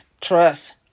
trust